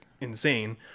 insane